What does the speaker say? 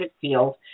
field